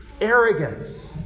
Arrogance